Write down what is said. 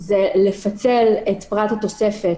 זה לפצל את פרט התוספת